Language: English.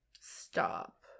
stop